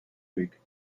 week